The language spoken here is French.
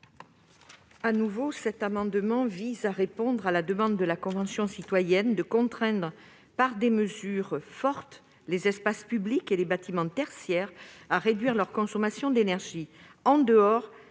Varaillas. Cet amendement vise à répondre à la demande de la Convention citoyenne pour le climat de contraindre, par des mesures fortes, les espaces publics et les bâtiments tertiaires à réduire leur consommation d'énergie, en dehors